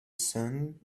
sun